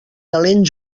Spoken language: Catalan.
talent